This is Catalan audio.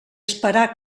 esperar